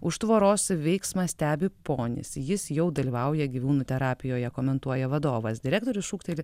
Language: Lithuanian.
už tvoros veiksmą stebi ponis jis jau dalyvauja gyvūnų terapijoje komentuoja vadovas direktorius šūkteli